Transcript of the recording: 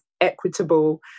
equitable